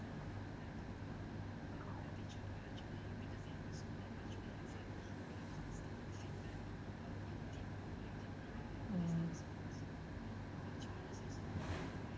mm